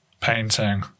painting